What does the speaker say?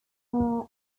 are